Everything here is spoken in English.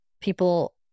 people